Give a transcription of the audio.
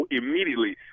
immediately